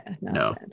no